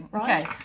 Okay